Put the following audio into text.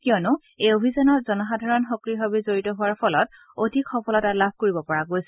কিয়নো এই অভিযানত জনসাধাৰণ সক্ৰিয়ভাৱে জড়িত হোৱাৰ ফলত অধিক সফলতা লাভ কৰিব পৰা গৈছে